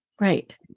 Right